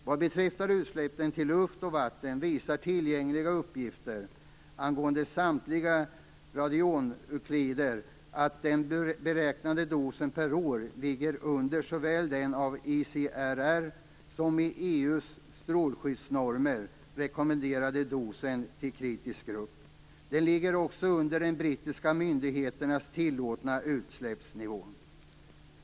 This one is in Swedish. Vad beträffar utsläppen till luft och vatten visar tillgängliga uppgifter angående samtliga radionuklider att den beräknade dosen per år ligger under såväl den av ICRP som i EU:s strålskyddsnormer rekommenderade dosen till kritisk grupp. De ligger också under den av de brittiska myndigheterna tillåtna utsläppsnivån.